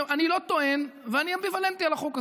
אני לא טוען, ואני אמביוולנטי על החוק הזה,